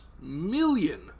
million